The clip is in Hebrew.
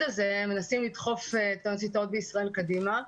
הזה מנסים לדחוף את האוניברסיטאות בישראל קדימה.